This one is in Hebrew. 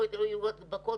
לא יהיו הדבקות.